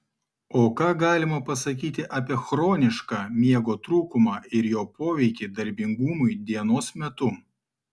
o ką galima pasakyti apie chronišką miego trūkumą ir jo poveikį darbingumui dienos metu